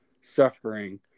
suffering